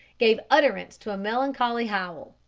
gave utterance to a melancholy howl.